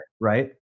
right